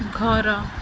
ଘର